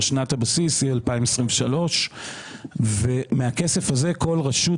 שנת הבסיס היא 2022. מהכסף הזה כל רשות